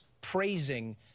praising